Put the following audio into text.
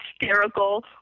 hysterical